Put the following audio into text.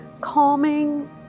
calming